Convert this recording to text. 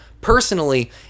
personally